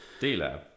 d-lab